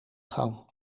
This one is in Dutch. gang